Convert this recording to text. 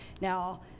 Now